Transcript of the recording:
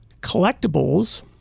Collectibles